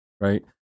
right